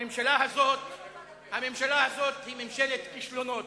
הממשלה הזאת היא ממשלת כישלונות.